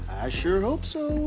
sure hope so.